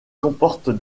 comporte